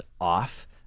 off